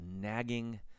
nagging